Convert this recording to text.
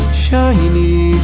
shiny